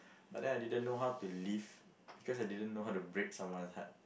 but then I didn't know how to leave because I didn't know how to break someone's heart